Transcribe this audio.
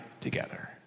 together